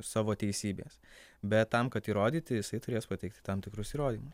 savo teisybės bet tam kad įrodyti jisai turės pateikti tam tikrus įrodymus